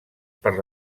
per